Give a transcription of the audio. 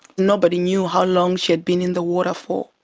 nobody knew how long she had been in the water for.